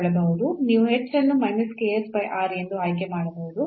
ನೀವು h ಅನ್ನು ಎಂದು ಆಯ್ಕೆ ಮಾಡಬಹುದು